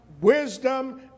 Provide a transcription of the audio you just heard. wisdom